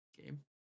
game